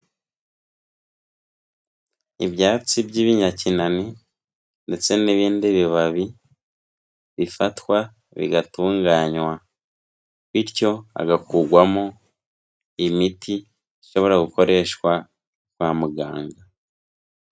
Ibyatsi by'ibinyakinani ndetse n'ibindi bibabi bifatwa bigatunganywa bityo hagakugwamo imiti ishobora gukoreshwa kwa muganga.